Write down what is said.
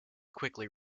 quickly